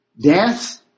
Death